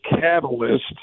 catalyst